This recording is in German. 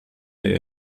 der